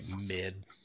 mid